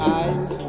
eyes